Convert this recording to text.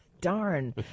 Darn